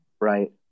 right